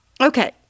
okay